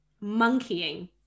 monkeying